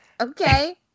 Okay